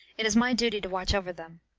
it is my duty to watch over them.